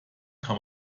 kann